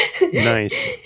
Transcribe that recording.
Nice